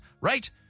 right